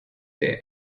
der